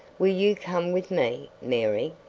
will you come with me, mary?